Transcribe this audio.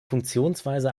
funktionsweise